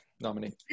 nominee